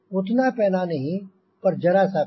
उतना पैना नहीं पर जरा सा पैना